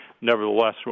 nevertheless